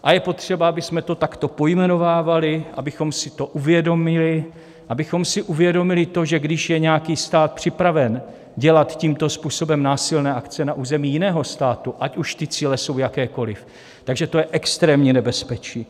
A je potřeba, abychom to takto pojmenovávali, abychom si to uvědomili, abychom si uvědomili to, že když je nějaký stát připraven dělat tímto způsobem násilné akce na území jiného státu, ať už ty cíle jsou jakékoliv, tak že je to extrémní nebezpečí.